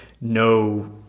no